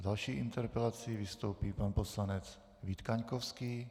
S další interpelací vystoupí pan poslanec Vít Kaňkovský.